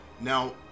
Now